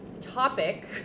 topic